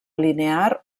linear